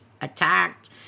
attacked